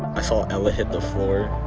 i saw ella hit the floor,